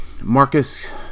Marcus